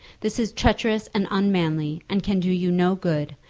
this is treacherous and unmanly and can do you no good.